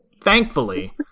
Thankfully